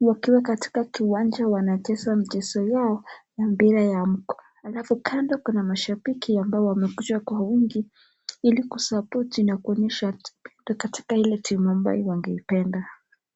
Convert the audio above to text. wakiwa katika kiwanja wanacheza mchezo yao na mpira ya mguu alafu kando kuna mashabiki ambao wwamekuja kwa wingi ili kusapoti na kuonyesha katika hili timu ambayo wangeipenda.